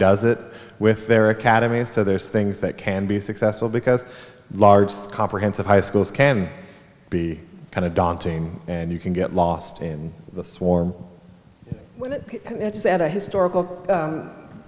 does that with their academies so there's things that can be successful because large comprehensive high schools can be kind of daunting and you can get lost in the swarm a historical